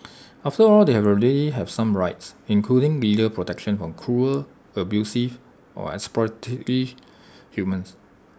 after all they have already have some rights including legal protection from cruel abusive or exploitative humans